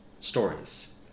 stories